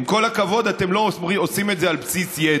עם כל הכבוד, אתם לא עושים את זה על בסיס ידע.